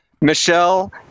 michelle